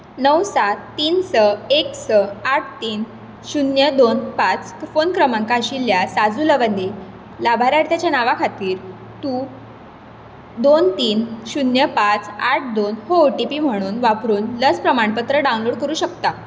णव सात तीन स एक स आठ तीन शून्य दोन पांच फोन क्रमांक आशिल्ल्या साजू लवंदे लाभार्थ्याच्या नांवा खातीर तूं दोन तीन शून्य पांच आठ दोन हो ओ टी पी म्हणून वापरून लस प्रमाणपत्र डावनलोड करूं शकता